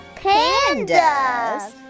pandas